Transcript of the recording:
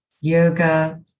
yoga